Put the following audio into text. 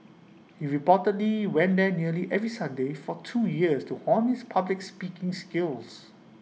he reportedly went there nearly every Sunday for two years to hone his public speaking skills